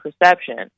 perception